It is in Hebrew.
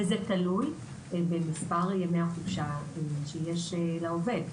וזה תלוי במספר ימי החופשה שיש לעובד.